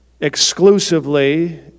exclusively